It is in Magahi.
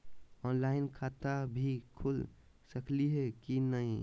ऑनलाइन खाता भी खुल सकली है कि नही?